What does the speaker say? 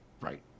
Right